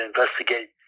investigate